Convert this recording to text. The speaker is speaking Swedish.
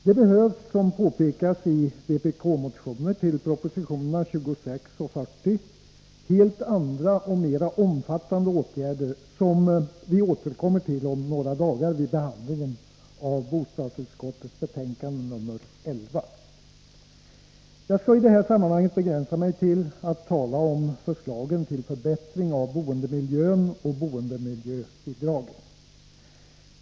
Det behövs, som påpekas i vpk-motioner till propositionerna 26 och 40, helt andra och mera omfattande åtgärder, som vi återkommer till om några dagar vid behandlingen av bostadsutskottets betänkande nr 11. Jag skall i detta sammanhang begränsa mig till att tala om förslagen till förbättring av boendemiljön och boendemiljöbidragen.